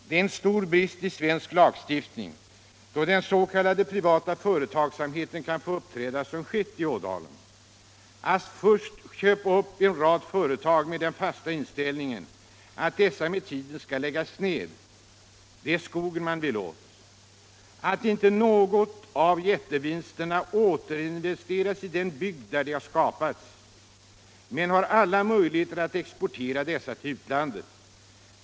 Det är en stor brist i svensk lagstiftning att den s.k. privata företagsamheten kan få uppträda så som skett i Ådalen och köpa upp en hel rad företag i avsikt att de med tiden skall läggas ned — det är skogen man vill åt — och att inte någon del av jättevinsterna skall återinvesteras i den bygd där de skapats utan vinsterna exporteras till utlandet.